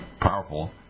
powerful